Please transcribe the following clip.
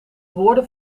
woorden